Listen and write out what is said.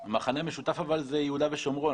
המכנה המשותף זה יהודה ושומרון.